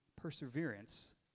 perseverance